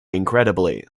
incredibly